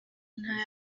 ntayo